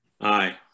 Aye